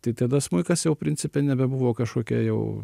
tai tada smuikas jau principe nebebuvo kažkokia jau